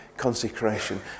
consecration